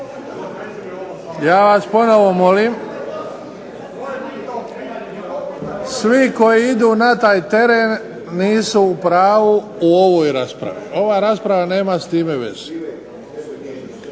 Ja vas ponovno molim svi koji idu na taj teren nisu u pravu u ovoj raspravi. Ova rasprava nema s time veze.